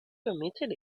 permitted